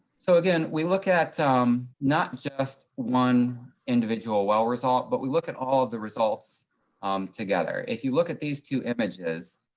so again, we look at um not just one individual well result, but we look at all of the results together. if you look at these two images,